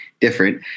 different